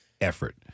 effort